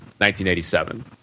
1987